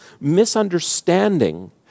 misunderstanding